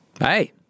hey